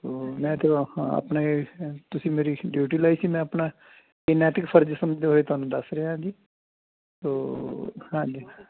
ਤਾਂ ਮੈਂ ਤਾਂ ਆਹ ਆਪਣੇ ਤੁਸੀਂ ਮੇਰੀ ਡਿਊਟੀ ਲਾਈ ਸੀ ਮੈਂ ਆਪਣਾ ਇਹ ਨੈਤਿਕ ਫਰਜ ਸਮਝਦੇ ਹੋਏ ਤੁਹਾਨੂੰ ਦੱਸ ਰਿਹਾ ਜੀ ਤਾਂ ਹਾਂਜੀ